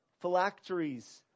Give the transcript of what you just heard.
phylacteries